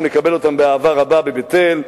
אנחנו נקבל אותם באהבה רבה בבית-אל,